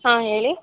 ಹಾಂ ಹೇಳಿ